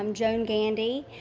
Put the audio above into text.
um joan gandy,